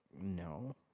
no